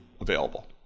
available